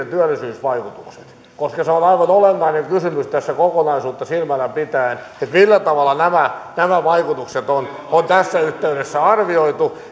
työllisyysvaikutukset koska on on aivan olennainen kysymys tässä kokonaisuutta silmällä pitäen millä tavalla nämä nämä vaikutukset on on tässä yhteydessä arvioitu